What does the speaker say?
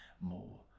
more